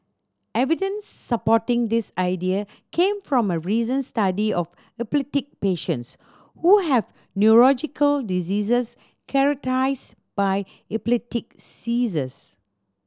evidence supporting this idea came from a recent study of epileptic patients who have diseases by epileptic seizures